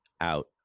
out